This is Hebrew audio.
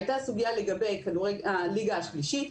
הייתה סוגיה לגבי הליגה השלישית,